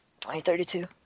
2032